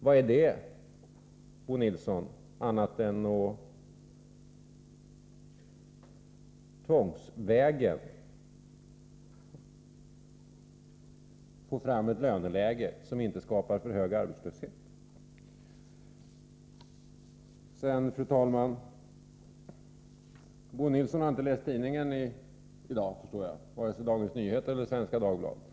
Vad är det, Bo Nilsson, annat än att tvångsvägen få fram ett löneläge som inte skapar för hög arbetslöshet? Bo Nilsson har inte läst tidningen i dag, förstår jag, vare sig Dagens Nyheter eller Svenska Dagbladet.